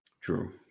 True